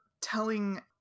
telling